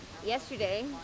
Yesterday